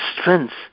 strength